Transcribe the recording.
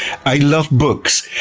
i love books.